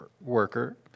worker